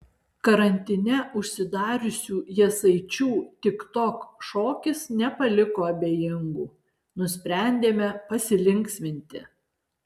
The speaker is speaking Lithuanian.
karantine užsidariusių jasaičių tiktok šokis nepaliko abejingų nusprendėme pasilinksminti